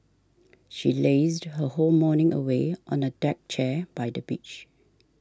she lazed her whole morning away on a deck chair by the beach